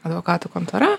advokatų kontora